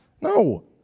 No